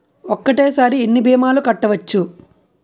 ఒక్కటేసరి ఎన్ని భీమాలు కట్టవచ్చు?